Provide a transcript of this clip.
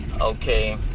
Okay